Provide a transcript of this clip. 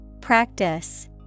Practice